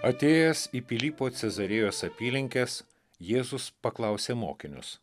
atėjęs į pilypo cezarėjos apylinkes jėzus paklausė mokinius